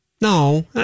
No